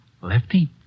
Lefty